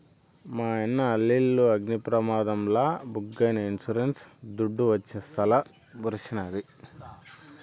మాయన్న ఆలిల్లు అగ్ని ప్రమాదంల బుగ్గైనా ఇన్సూరెన్స్ దుడ్డు వచ్చి సల్ల బరిసినాది